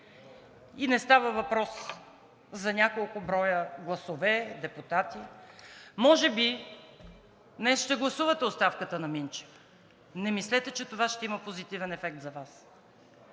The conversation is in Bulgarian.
И не става въпрос за няколко броя гласове, депутати. Може би днес ще гласувате оставката на Минчев. Не мислете, че това ще има позитивен ефект за Вас.